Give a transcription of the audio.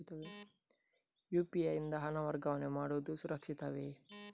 UPI ಯಿಂದ ಹಣ ವರ್ಗಾವಣೆ ಮಾಡುವುದು ಸುರಕ್ಷಿತವೇ?